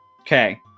Okay